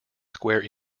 square